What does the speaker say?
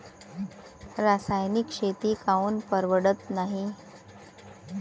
रासायनिक शेती काऊन परवडत नाई?